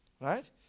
Right